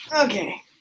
Okay